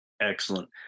Excellent